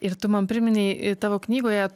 ir tu man priminei tavo knygoje